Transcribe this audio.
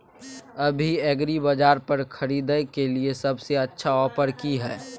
अभी एग्रीबाजार पर खरीदय के लिये सबसे अच्छा ऑफर की हय?